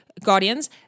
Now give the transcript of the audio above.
guardians